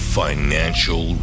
financial